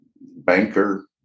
banker